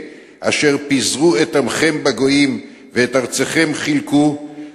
אשר פיזרו את עמכם בגויים ואת ארצכם חילקו,